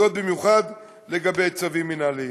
וזאת במיוחד לגבי צווים מינהליים.